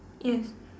yes